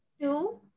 two